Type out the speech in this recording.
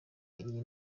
iyo